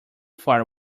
far